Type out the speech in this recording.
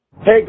Hey